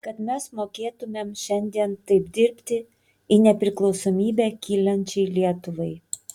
kad mes mokėtumėm šiandien taip dirbti į nepriklausomybę kylančiai lietuvai